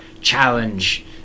challenge